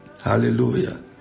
Hallelujah